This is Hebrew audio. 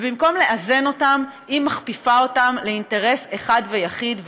ובמקום לאזן אותם היא מכפיפה אותם לאינטרס אחד ויחיד,